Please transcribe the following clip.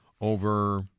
over